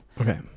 Okay